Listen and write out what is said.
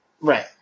Right